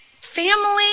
family